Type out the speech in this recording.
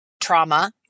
trauma